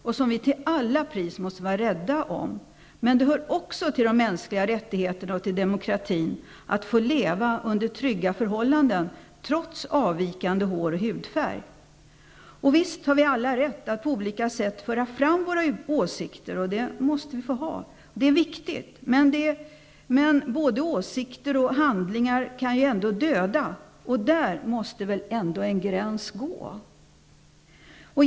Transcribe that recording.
Vi måste vara rädda om dem, till varje pris. Men det tillhör också de mänskliga rättigheterna och demokratin att få leva under trygga förhållanden trots avvikande håroch hudfärg. Visst har vi alla rätt att på olika sätt föra fram våra åsikter. Det måste vi få ha, det är viktigt. Men både åsikter och handlingar kan döda, och där måste väl ändå en gräns gå.